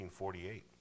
1948